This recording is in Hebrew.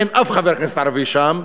אין אף חבר כנסת ערבי שם.